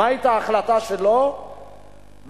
מה היתה ההחלטה שלו ב-2003,